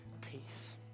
peace